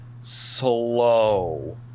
slow